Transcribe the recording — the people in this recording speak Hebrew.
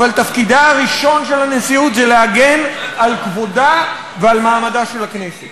אבל תפקידה הראשון של הנשיאות הוא להגן על כבודה ועל מעמדה של הכנסת.